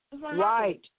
Right